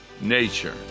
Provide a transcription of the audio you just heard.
nature